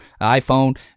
iPhone